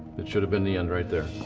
it shoulda been the end right there.